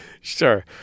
Sure